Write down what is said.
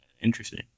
interesting